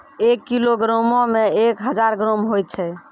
एक किलोग्रामो मे एक हजार ग्राम होय छै